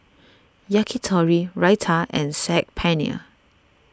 Yakitori Raita and Saag Paneer